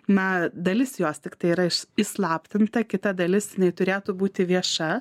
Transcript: na dalis jos tiktai yra įslaptinta kita dalis jinai turėtų būti vieša